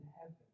heaven